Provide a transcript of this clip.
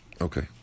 okay